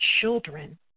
children